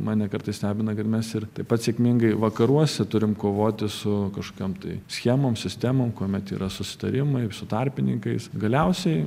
mane kartais stebina kad mes ir taip pat sėkmingai vakaruose turim kovoti su kažkokiom tai schemom sistemom kuomet yra susitarimai su tarpininkais galiausiai